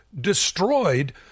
destroyed